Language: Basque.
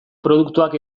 produktuak